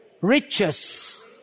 riches